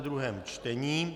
druhé čtení